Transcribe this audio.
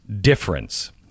difference